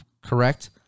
correct